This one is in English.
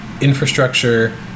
infrastructure